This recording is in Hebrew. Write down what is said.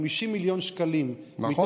50 מיליון שקלים, נכון.